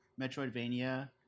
Metroidvania